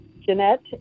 Jeanette